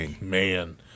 Man